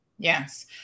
Yes